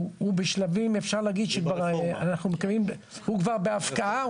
הוא כבר בהפקעה.